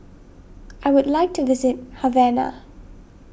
I would like to visit Havana